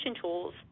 tools